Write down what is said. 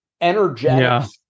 energetic